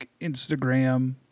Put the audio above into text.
Instagram